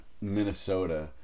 Minnesota